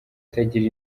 itagira